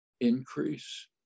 increase